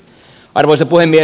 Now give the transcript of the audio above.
arvoisa puhemies